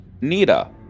Nita